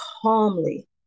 calmly